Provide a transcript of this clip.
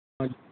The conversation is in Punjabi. ਹਾਂ